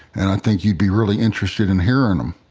and i think you'd be really interested in hearing them.